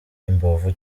imbavu